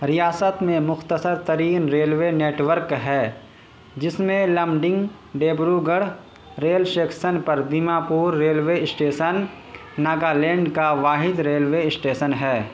ریاست میں مختصر ترین ریل وے نیٹ ورک ہے جس میں Lumding Dibrugarh rail section پر Dimapur railway station Nagaland کا واحد ریل وے اشٹیسن ہے